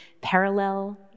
parallel